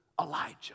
Elijah